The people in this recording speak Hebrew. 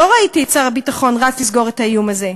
לא ראיתי את שר הביטחון רץ לסגור את האיום הזה.